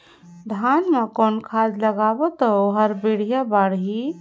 धान मा कौन खाद लगाबो ता ओहार बेडिया बाणही?